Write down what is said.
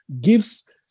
gives